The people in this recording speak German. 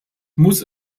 muss